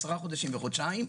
עשרה חודשים וחודשיים,